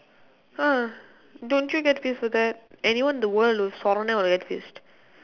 ah don't you get pissed for that anyone in the world those foreigner will get pissed